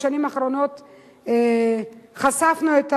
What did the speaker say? בשנים האחרונות חשפנו את